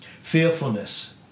fearfulness